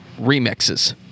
remixes